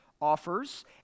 offers